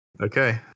Okay